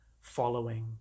following